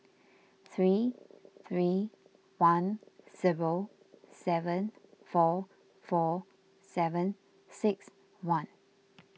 three three one zero seven four four seven six one